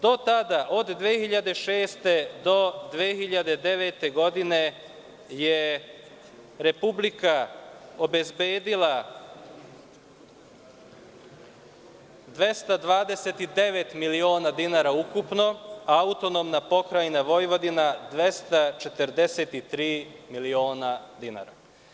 Do tada, od 2006. do 2009. godine je Republika obezbedila 229 miliona dinara ukupno, AP Vojvodina 243 miliona dinara.